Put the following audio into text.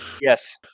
Yes